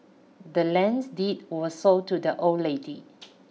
the land's deed was sold to the old lady